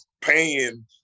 paying